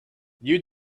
you